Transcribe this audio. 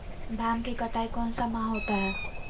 धान की कटाई कौन सा माह होता है?